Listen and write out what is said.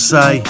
Say